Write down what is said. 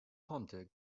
ponte